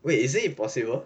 wait is it impossible